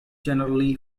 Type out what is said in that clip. generally